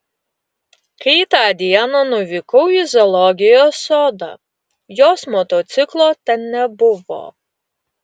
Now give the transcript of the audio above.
kai tą dieną nuvykau į zoologijos sodą jos motociklo ten nebuvo